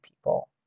people